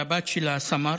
והבת שלה סאמר,